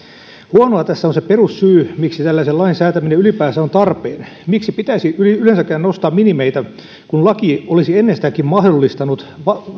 huonoa tässä on se perussyy miksi tällaisen lain säätäminen ylipäänsä on tarpeen miksi pitäisi yleensäkään nostaa minimeitä kun laki olisi ennestäänkin mahdollistanut